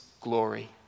glory